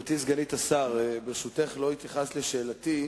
גברתי סגנית השר, ברשותך, לא התייחסת לשאלותי: